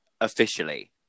officially